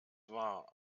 war